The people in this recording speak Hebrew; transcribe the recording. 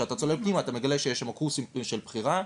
כשאתה צולל פנימה אתה מגלה שיש שם קורסים של בחירה,